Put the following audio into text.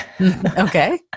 Okay